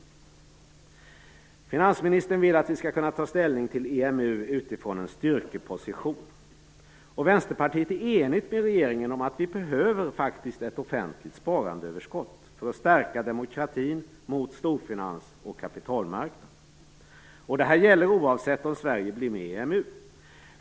Finansministern vill att vi skall kunna ta ställning till EMU utifrån en styrkeposition. Vänsterpartiet är enigt med regeringen om att vi faktiskt behöver ett offentligt sparandeöverskott för att stärka demokratin mot storfinans och kapitalmarknad. Detta gäller oavsett om Sverige blir med i EMU eller inte.